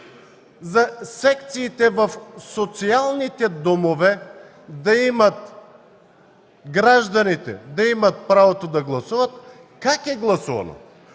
за секциите в социалните домове, гражданите да имат правото да гласуват – как е гласувано?